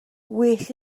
well